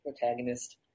protagonist